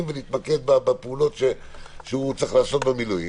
ולהתמקד בפעולות שהוא צריך לעשות במילואים,